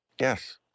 Yes